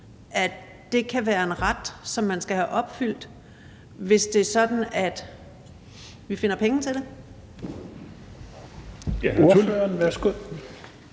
at det kun kan være en ret, som man skal have opfyldt, hvis det er sådan, at vi finder penge til det?